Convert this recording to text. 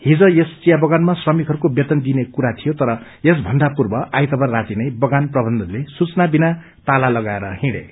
हिज यस चिया बगानमा श्रमिकहरूको वेतन दिइने कुरा थियो तर यस भन्दा पूव्र आइतबार रातिनै बगान प्रबन्धन सूचना विना ताला लगाएर हिँडे